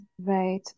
Right